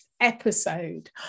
episode